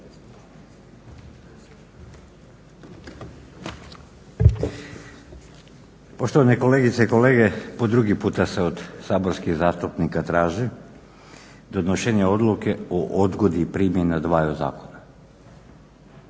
Poštovane kolegice i kolege. Po drugi put se od saborskih zastupnika traži donošenje Odluke o odgodi primjene dvaju zakona.